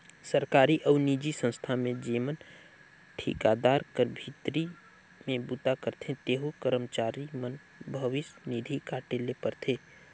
सरकारी अउ निजी संस्था में जेमन ठिकादार कर भीतरी में बूता करथे तेहू करमचारी कर भविस निधि काटे ले परथे